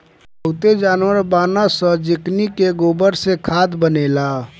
बहुते जानवर बानअ सअ जेकनी के गोबर से खाद बनेला